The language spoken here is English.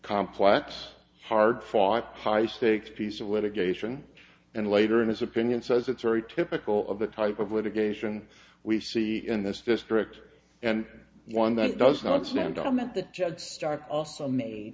complex hard fought high stakes piece of litigation and later in his opinion says it's very typical of the type of litigation we see in this district and one that does not stand on that the judge starr also made